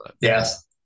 Yes